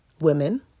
women